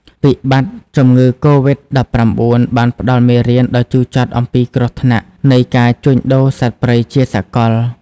វិបត្តិជំងឺកូវីដ-១៩ បានផ្តល់មេរៀនដ៏ជូរចត់អំពីគ្រោះថ្នាក់នៃការជួញដូរសត្វព្រៃជាសកល។